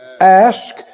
ask